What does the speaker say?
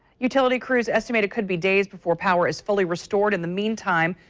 utility cruise estimate it could be days before power is fully restored. in the meantime,